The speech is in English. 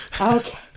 Okay